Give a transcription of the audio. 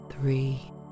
three